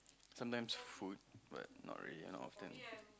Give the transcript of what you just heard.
sometimes food but not really not often